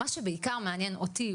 מה שבעיקר מעניין אותי,